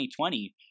2020